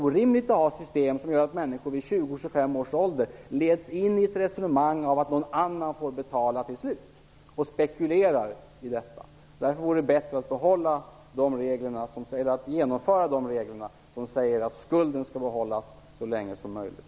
Det är orimligt att ha system som gör att människor vid 20-25 års ålder leds in i ett resonemang om att någon annan får betala till slut och spekulerar i detta. Därför vore det bättre att genomföra de regler som säger att skulden skall betalas så länge som möjligt.